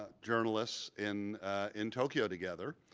ah journalists in in tokyo together,